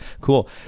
Cool